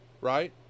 right